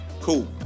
Cool